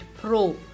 Pro